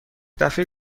دفعه